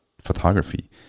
photography